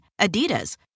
Adidas